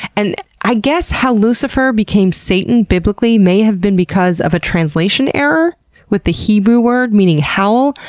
and i guess how lucifer became satan, biblically, may have been because of a translation error with the hebrew word meaning howl,